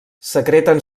secreten